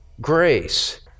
grace